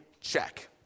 check